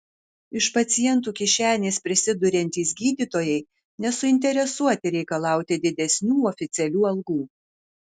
iš pacientų kišenės prisiduriantys gydytojai nesuinteresuoti reikalauti didesnių oficialių algų